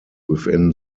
within